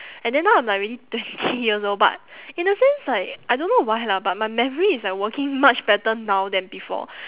and then now I'm like already twenty years old but in a sense like I don't know why lah but my memory is like working much better now than before